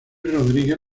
rodríguez